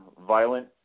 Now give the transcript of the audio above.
violent